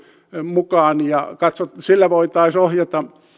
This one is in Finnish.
mukaan ja sillä voitaisiin ohjata